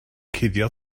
cuddio